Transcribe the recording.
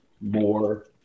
more